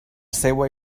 seua